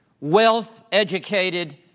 wealth-educated